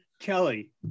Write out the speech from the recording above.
Kelly